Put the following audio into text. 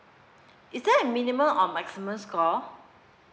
is there a minimum on maximum score